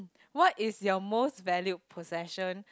what is your most valued possession